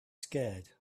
scared